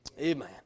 Amen